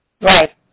Right